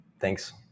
thanks